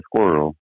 squirrel